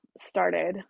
started